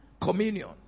communion